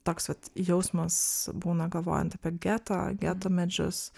toks vat jausmas būna galvojant apie getą geto medžius